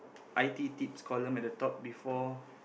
i_t tips columns at the top before